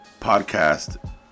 podcast